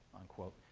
unquote.